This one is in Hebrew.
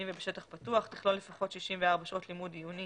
ובשטח פתוח תכלול לפחות 64 שעות לימוד עיוני